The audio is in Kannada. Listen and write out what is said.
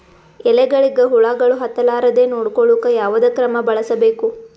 ಎಲೆಗಳಿಗ ಹುಳಾಗಳು ಹತಲಾರದೆ ನೊಡಕೊಳುಕ ಯಾವದ ಕ್ರಮ ಬಳಸಬೇಕು?